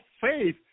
faith